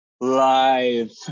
live